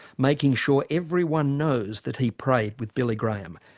making sure everyone knows that he prayed with billy graham.